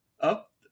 up